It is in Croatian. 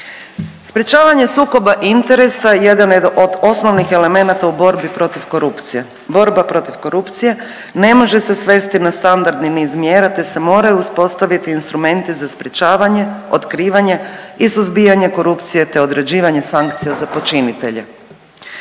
Sprječavanje sukoba interesa jedan je od osnovnih elemenata u borbi protiv korupcije. Borba protiv korupcije ne može se svesti na standardni niz mjera, te se moraju uspostaviti instrumenti za sprječavanje, otkrivanje i suzbijanje korupcije, te određivanje sankcija za počinitelje.